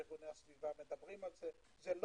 וארגוני הסביבה מדברים על זה.